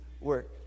work